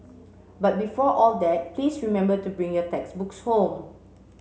but before all that please remember to bring your textbooks home